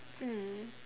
mmhmm